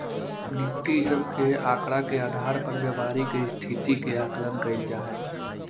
Nifty इ सब के आकड़ा के आधार पर व्यापारी के स्थिति के आकलन कैइल जा हई